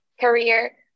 career